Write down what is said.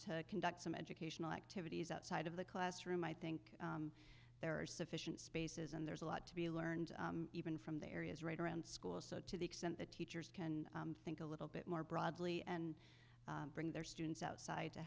to conduct some educational activities outside of the classroom i think there are sufficient spaces and there's a lot to be learned even from the areas right around schools so to the extent that teachers can think a little bit more broadly and bring their students outside to